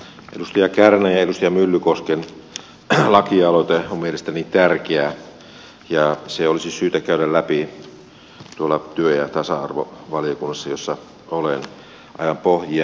edustaja kärnän ja edustaja myllykosken lakialoite on mielestäni tärkeä ja se olisi syytä käydä läpi työ ja tasa arvovaliokunnassa jossa olen aivan pohjia myöten